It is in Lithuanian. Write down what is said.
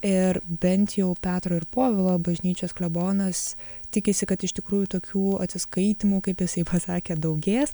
ir bent jau petro ir povilo bažnyčios klebonas tikisi kad iš tikrųjų tokių atsiskaitymų kaip jisai pasakė daugės